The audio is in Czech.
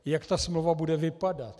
Jak ta smlouva bude vypadat?